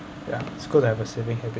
ya it's good to have a saving habit